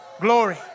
Glory